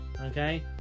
Okay